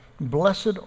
Blessed